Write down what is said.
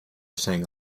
sang